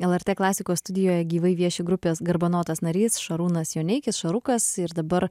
lrt klasikos studijoje gyvai vieši grupės garbanotas narys šarūnas joneikis šarukas ir dabar